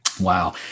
wow